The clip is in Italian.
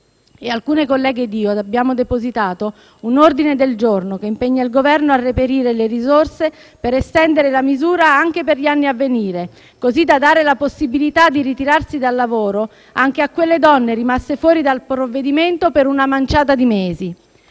Alcune colleghe ed io abbiamo depositato un ordine del giorno che impegna il Governo a reperire le risorse per estendere la misura anche per gli anni a venire, così da dare la possibilità di ritirarsi dal lavoro anche a quelle donne rimaste fuori dal provvedimento per una manciata di mesi.